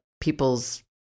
people's